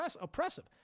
oppressive